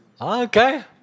Okay